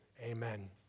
amen